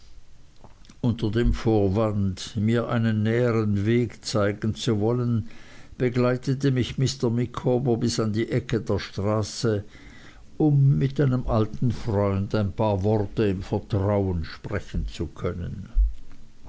unter dem vorwand mir einen nähern weg zeigen zu wollen begleitete mich mr micawber bis an die ecke der straße um mit einem alten freund ein paar worte im vertrauen sprechen zu können